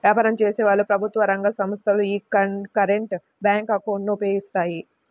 వ్యాపారం చేసేవాళ్ళు, ప్రభుత్వ రంగ సంస్ధలు యీ కరెంట్ బ్యేంకు అకౌంట్ ను ఉపయోగిస్తాయి